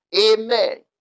Amen